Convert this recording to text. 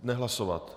Nehlasovat?